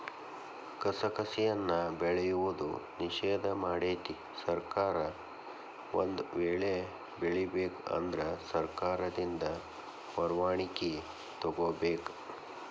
ಕಸಕಸಿಯನ್ನಾ ಬೆಳೆಯುವುದು ನಿಷೇಧ ಮಾಡೆತಿ ಸರ್ಕಾರ ಒಂದ ವೇಳೆ ಬೆಳಿಬೇಕ ಅಂದ್ರ ಸರ್ಕಾರದಿಂದ ಪರ್ವಾಣಿಕಿ ತೊಗೊಬೇಕ